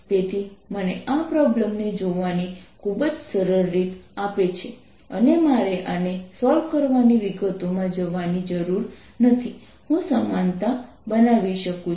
તેથી મને આ પ્રોબ્લેમને જોવાની ખૂબ જ સરળ રીત આપે છે અને મારે આને સોલ્વ કરવાની વિગતોમાં જવાની જરૂર નથી હું સમાનતા બનાવી શકું છું